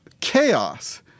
Chaos